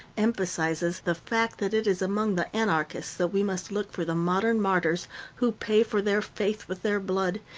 emphasizes the fact that it is among the anarchists that we must look for the modern martyrs who pay for their faith with their blood,